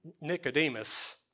Nicodemus